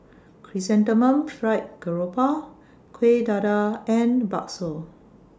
Chrysanthemum Fried Garoupa Kueh Dadar and Bakso